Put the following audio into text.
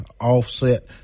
offset